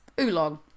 oolong